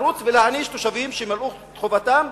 לרוץ ולהעניש תושבים שמילאו את חובתם,